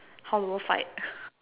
how the world fight